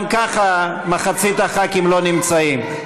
גם ככה מחצית הח"כים לא נמצאים,